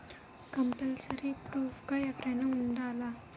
Compulsory proof గా ఎవరైనా ఉండాలా?